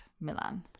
Milan